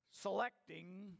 selecting